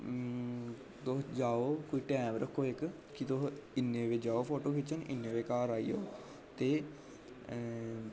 अ तुस जाओ कोई टैम रक्खो इक कि तुस इ'न्ने बजें जाओ फोटो खिच्चन इ'न्ने बजे घर आई जाओ ते अ